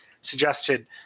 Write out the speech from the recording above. suggested